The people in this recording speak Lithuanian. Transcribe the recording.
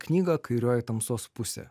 knygą kairioji tamsos pusė